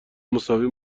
مساوی